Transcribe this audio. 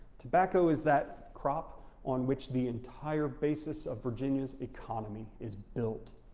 tobacco is that crop on which the entire basis of virginia's economy is built,